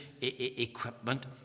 equipment